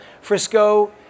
Frisco